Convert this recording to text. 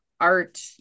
art